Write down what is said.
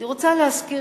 הנושא זה,